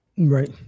Right